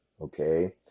okay